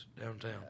downtown